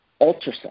ultrasound